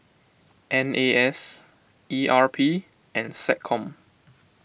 N A S E R P and SecCom